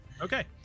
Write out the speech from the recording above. Okay